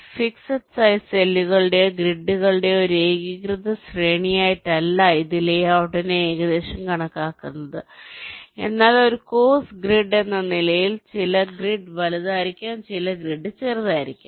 fix size സെല്ലുകളുടെയോ ഗ്രിഡുകളുടെയോ ഒരു ഏകീകൃത ശ്രേണിയായിട്ടല്ല ഇത് ലേഔട്ടിനെ ഏകദേശം കണക്കാക്കുന്നത് എന്നാൽ ഒരു കോഴ്സ് ഗ്രിഡ് എന്ന നിലയിൽ ചില ഗ്രിഡ് വലുതായിരിക്കാം ചില ഗ്രിഡ് ചെറുതായിരിക്കാം